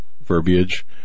verbiage